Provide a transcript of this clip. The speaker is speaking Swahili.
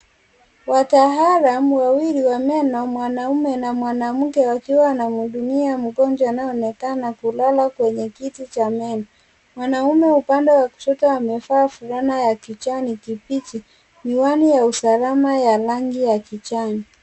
Wataalamu wawili wa meno; mwanaume na mwanamke wakiwa wanamhudumia mgonjwa anayeonekana kulala kwenye kiti cha meno. Mwanaume upande wa kushoto amevaa fulana ya kijani kibichi, miwani ya usalama ya rangi ya kijani.